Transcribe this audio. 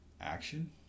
action